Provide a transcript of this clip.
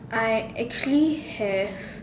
I actually have